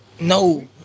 No